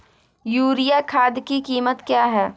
Urea खाद की कीमत क्या है?